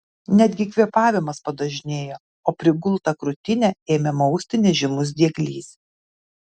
netgi kvėpavimas padažnėjo o prigultą krūtinę ėmė mausti nežymus dieglys